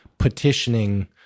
petitioning